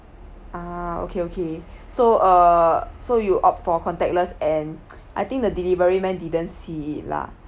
ah okay okay so uh so you opt for contactless and I think the delivery man didn't see it lah